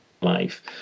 life